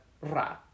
ra